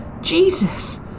Jesus